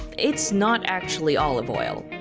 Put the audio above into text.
it's not actually olive oil.